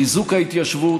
חיזוק ההתיישבות.